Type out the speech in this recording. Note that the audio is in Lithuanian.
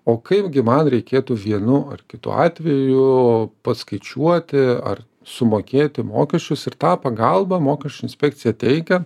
o kaipgi man reikėtų vienu ar kitu atveju paskaičiuoti ar sumokėti mokesčius ir tą pagalbą mokesčių inspekcija teikia